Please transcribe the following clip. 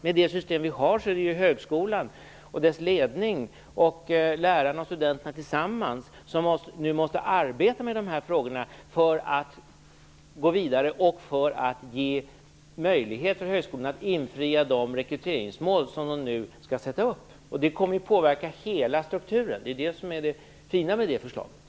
Med det system vi har är det ju högskolan och dess ledning och lärarna och studenterna tillsammans som nu måste arbeta med de här frågorna för att gå vidare och för att högskolorna skall få möjlighet att infria de rekryteringsmål som de nu skall sätta upp. Detta kommer att påverka hela strukturen. Det är det som är det fina med förslaget.